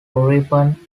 ripen